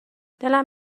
دلم